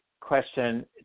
question